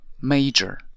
major